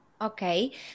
Okay